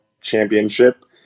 Championship